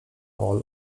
hall